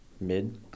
Mid